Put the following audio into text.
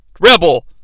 Rebel